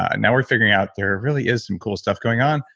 ah now we're figuring out there really is some cool stuff going on,